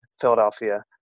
Philadelphia